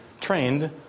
trained